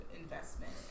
investment